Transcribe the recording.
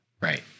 Right